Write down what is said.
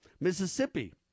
Mississippi